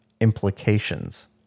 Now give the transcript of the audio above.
implications